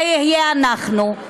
זה יהיה אנחנו,